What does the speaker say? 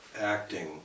acting